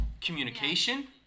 communication